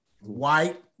white